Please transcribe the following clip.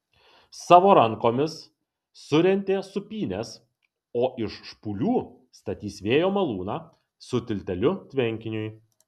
savo rankomis surentė sūpynes o iš špūlių statys vėjo malūną su tilteliu tvenkiniui